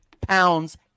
pounds